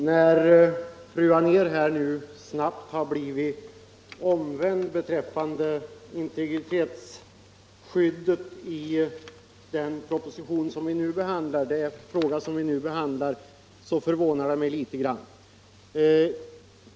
Herr talman! När fru Anér nu snabbt blivit omvänd beträffande integritetsskyddet i den fråga vi nu behandlar, så förvånar det mig litet grand.